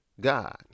God